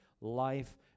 life